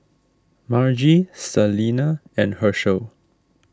Margie Salina and Hershel